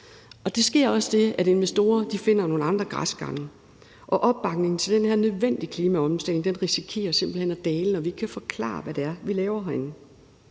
Der sker også det, at investorer finder nogle andre græsgange, og opbakningen til den her nødvendige klimaomstilling risikerer simpelt hen at dale, når vi ikke kan forklare, hvad det er, vi laver herinde.